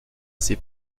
ses